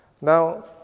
Now